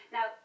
Now